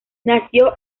nació